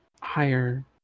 higher